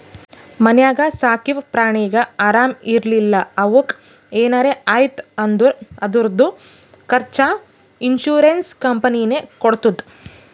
ಮನ್ಯಾಗ ಸಾಕಿವ್ ಪ್ರಾಣಿಗ ಆರಾಮ್ ಇರ್ಲಿಲ್ಲಾ ಅವುಕ್ ಏನರೆ ಆಯ್ತ್ ಅಂದುರ್ ಅದುರ್ದು ಖರ್ಚಾ ಇನ್ಸೂರೆನ್ಸ್ ಕಂಪನಿನೇ ಕೊಡ್ತುದ್